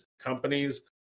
companies